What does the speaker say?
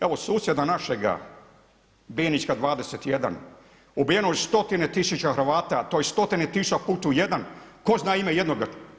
Evo susjeda našega Bijenička 21 ubijeno je stotine tisuća Hrvata to je stotina tisuća … jedan tko zna ime jednoga?